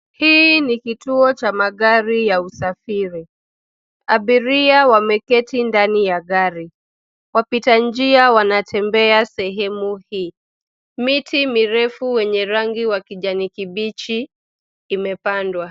Hii ni kituo cha magari ya usafiri. Abiria wameketi ndani ya gari. Wapita njia wanatembea kwenye sehemu hii. Miti mirefu wenye rangi wa kijani kibichi imepandwa.